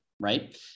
right